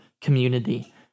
community